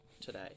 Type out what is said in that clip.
today